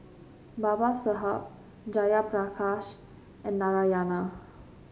Babasaheb Jayaprakash and Narayana